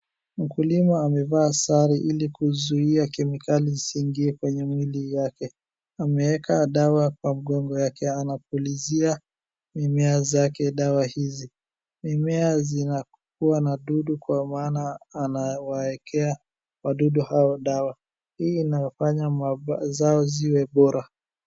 Mkulima amevaa sare ili kuzuia kemikali zisiingie kwenye mwili wake. Ameweka dawa kwenye mgongo wake anapulizia mimea zake dawa hizi. Mimea zinakuwa na wadudu ndio maana anawaekea wadudu hao dawa. Hiyo inafanya mazao ziwe Bora.